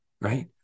right